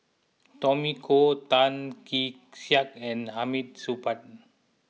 Tommy Koh Tan Kee Sek and Hamid Supaat